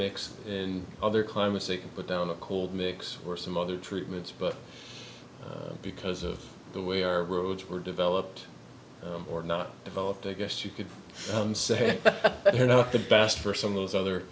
mix in other climates they can put down a cold mix or some other treatments but because of the way our roads were developed or not developed i guess you could say that you know the best for some of those other